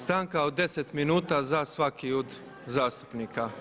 Stanka od 10 minuta za svakog od zastupnika.